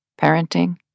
parenting